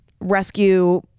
rescue